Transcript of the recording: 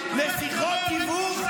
תומך טרור.